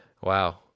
Wow